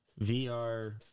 VR